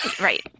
Right